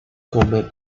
come